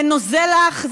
ונוזל לך,